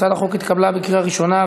הצעת החוק נתקבלה בקריאה ראשונה,